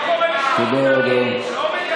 זה דבר אחד שאתה לא מבין.